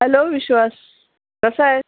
hello Vishwas कसा आहेस